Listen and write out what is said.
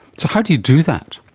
so how do you do that?